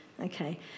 Okay